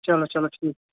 چَلو چَلو ٹھیٖک